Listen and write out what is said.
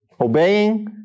Obeying